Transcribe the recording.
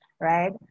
right